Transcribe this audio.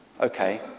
Okay